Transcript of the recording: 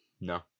No